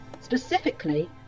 specifically